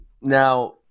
now